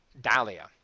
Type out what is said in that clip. Dahlia